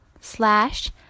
slash